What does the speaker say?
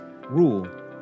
rule